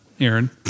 Aaron